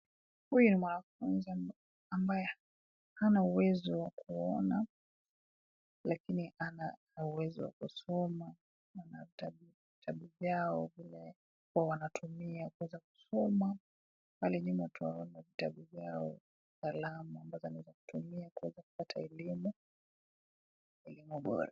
Huyu ni mwanafunzi ambaye hana uwezo wa kuona lakini ana uwezo wa kusoma, Naona vitabu vyao vile huwa wanatumia kusoma, Pale nyuma tunaona vitabu vyao ambazo wanatumia kupata elimu bora.